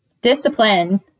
discipline